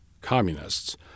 communists